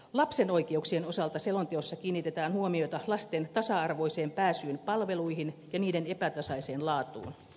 lapsen oikeuksien osalta selonteossa kiinnitetään huomiota lasten tasa arvoiseen pääsyyn palveluihin ja niiden epätasaiseen laatuun